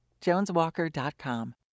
JonesWalker.com